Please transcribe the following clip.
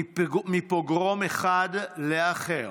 מריבון אחד לאחר,